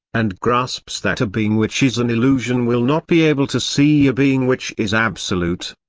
and grasps that a being which is an illusion will not be able to see a being which is absolute.